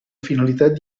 finalitat